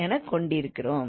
எனக்கொண்டிருக்கிறோம்